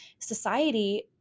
society